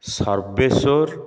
Sarbeswar